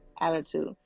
attitude